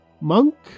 monk